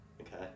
Okay